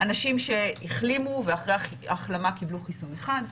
אנשים שהחלימו ואחרי החלמה קיבלו חיסון אחד.